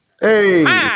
Hey